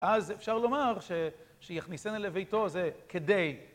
אז אפשר לומר שיכניסנה לביתו זה כדי